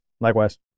Likewise